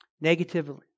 negatively